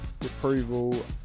Approval